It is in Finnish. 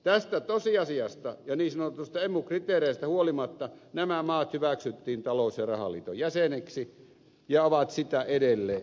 tästä tosiasiasta ja niin sanotuista emu kriteereistä huolimatta nämä maat hyväksyttiin talous ja rahaliiton jäseneksi ja ovat sitä edelleen